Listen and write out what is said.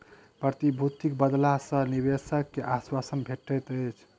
प्रतिभूतिक बदला मे निवेशक के आश्वासन भेटैत अछि